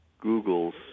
Google's